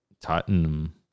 Tottenham